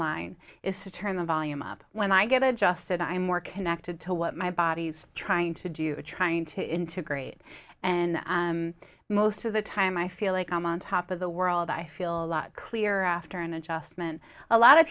line is to turn the volume up when i get adjusted i am more connected to what my body's trying to do trying to integrate and most of the time i feel like i'm on top of the world i feel a lot clearer after an adjustment a lot